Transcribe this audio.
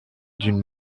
d’une